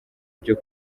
byo